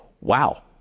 wow